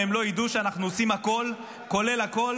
אם הם לא ידעו שאנחנו עושים הכול כולל הכול